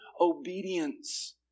obedience